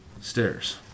stairs